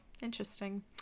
interesting